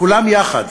כולם יחד